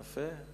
יפה,